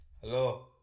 Hello